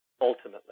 ultimately